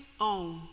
own